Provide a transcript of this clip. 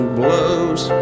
blows